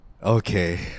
Okay